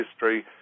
history